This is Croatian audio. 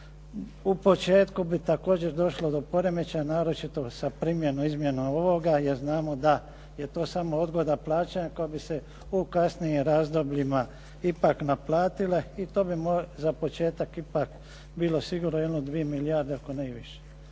U početku bi također došlo do poremećaja, naročito sa primjenom izmjena ovoga, jer znamo da je to samo odgoda plaćanja koja bi se u kasnijim razdobljima ipak naplatila. I to bi za početak bilo sigurno jedno dvije milijarde ako ne i više.